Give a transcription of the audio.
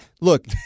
Look